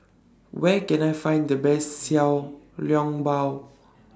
Where Can I Find The Best Xiao Long Bao